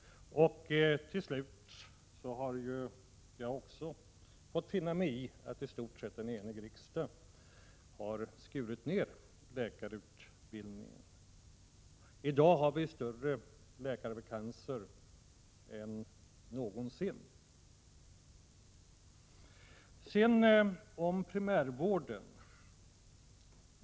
Till slut har också jag fått finna mig i att en i stort sett enig riksdag har skurit ner läkarutbildningen. I dag har vi fler läkarvakanser än någonsin. Så till frågan om primärvården.